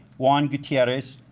juan gutierrez,